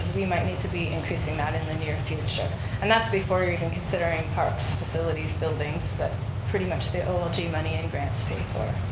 we might need to be increasing that in the near future and that's before even considering parks, facilities, buildings that pretty much the olg money and grants pay for.